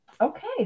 okay